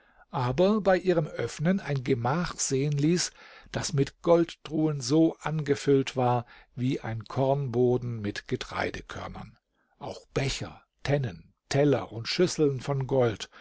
aber bei ihrem öffnen ein gemach sehen ließ das mit goldtruhen so angefüllt war wie ein kornboden mit getreidekörnern auch becher tennen teller und schüsseln von gold